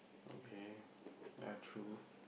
okay ya true